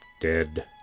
dead